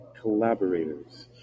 collaborators